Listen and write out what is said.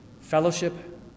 fellowship